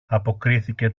αποκρίθηκε